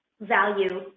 value